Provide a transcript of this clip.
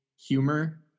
humor